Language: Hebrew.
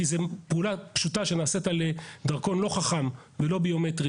כי זו פעולה שנעשית על דרכון לא חכם ולא ביומטרי